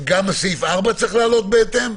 גם סעיף 4 צריך לעלות בהתאם?